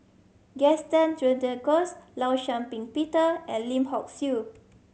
Gaston Dutronquoy Law Shau Ping Peter and Lim Hock Siew